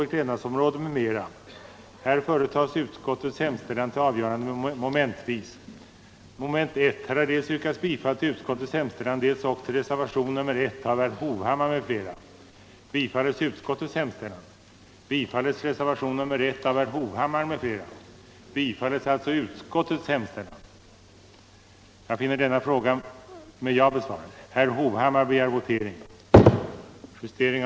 den det ej vill röstar nej. den det ej vill röstar nej. den det ej vill röstar nej. den det ej vill röstar nej. den det ej vill röstar nej. den det ej vill röstar nej. den det ej vill röstar nej. den det ej vill röstar nej.